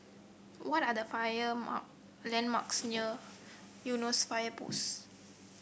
what are the on landmarks near Eunos Fire Post